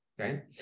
Okay